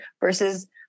versus